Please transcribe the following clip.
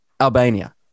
Albania